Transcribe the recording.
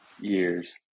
years